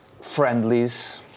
friendlies